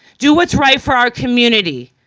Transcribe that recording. do what's right for our community,